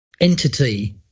entity